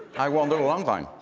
i wonder long time.